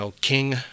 King